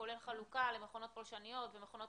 כולל החלוקה למכונות פולשניות ומכונות